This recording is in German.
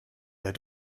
der